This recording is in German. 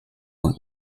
und